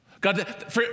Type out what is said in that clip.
God